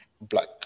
Black